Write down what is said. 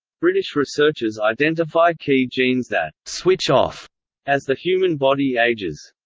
british researchers identify key genes that switch off as the human body ages.